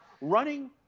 running